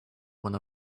one